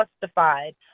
justified